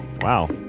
wow